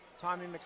Tommy